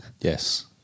Yes